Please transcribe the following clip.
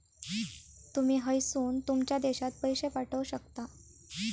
तुमी हयसून तुमच्या देशात पैशे पाठवक शकता